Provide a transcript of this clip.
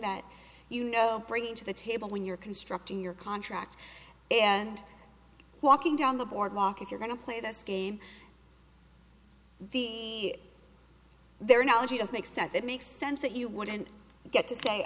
that you know bringing to the table when you're constructing your contract and walking down the boardwalk if you're going to play this game the their knowledge does make sense it makes sense that you wouldn't get to say